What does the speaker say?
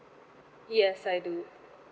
yes I do